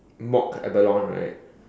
mock abalone right